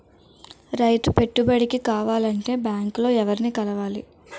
రైతు పెట్టుబడికి కావాలంటే బ్యాంక్ లో ఎవరిని కలవాలి?